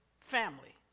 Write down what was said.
family